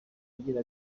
agira